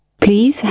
Please